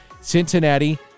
Cincinnati